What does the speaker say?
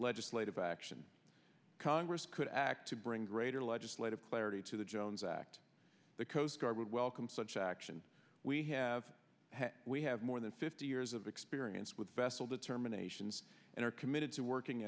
legislative action congress could act to bring greater legislative clarity to the jones act the coast guard would welcome such action we have we have more than fifty years of spearing is with bessel determinations and are committed to working